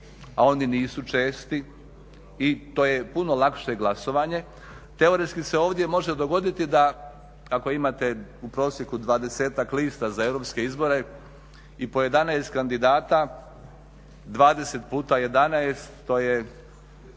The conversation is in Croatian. a oni nisu česti i to je puno lakše glasovanje. Teoretski se ovdje može dogoditi da ako imate u prosjeku 20a-ak lista za europske izbore i po 11 kandidata, 20 puta 11 to je